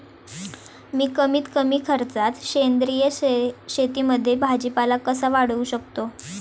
मी कमीत कमी खर्चात सेंद्रिय शेतीमध्ये भाजीपाला कसा वाढवू शकतो?